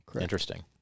Interesting